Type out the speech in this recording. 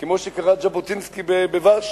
כמו שקרא ז'בוטינסקי בוורשה,